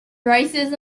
racism